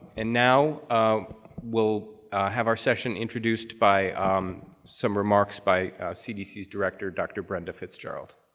and now we'll have our session introduced by some remarks by cdc's director, dr. brenda fitzgerald.